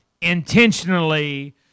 intentionally